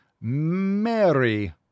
Mary